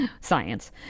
Science